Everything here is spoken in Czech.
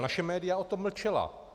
Naše média o tom mlčela.